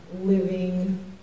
living